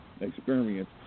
experience